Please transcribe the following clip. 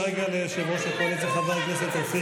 מה התרומה שלכם פה?